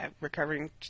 recovering